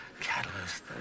catalyst